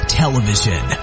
television